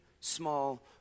small